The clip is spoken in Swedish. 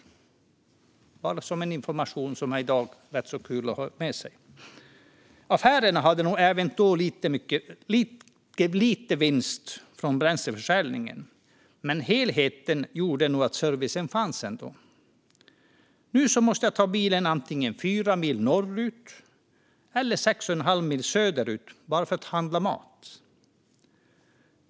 Detta säger jag bara som information som i dag är rätt så kul att ha med sig. Affärerna hade nog även då en mycket liten vinst från bränsleförsäljningen. Men helheten gjorde att servicen ändå fanns. Nu måste jag ta bilen antingen fyra mil norrut eller sex och en halv mil söderut bara för att handla mat.